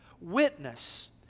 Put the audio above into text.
witness